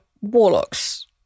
warlocks